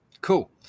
cool